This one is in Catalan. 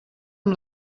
amb